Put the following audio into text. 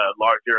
larger